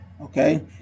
Okay